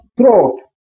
throat